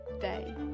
day